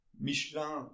Michelin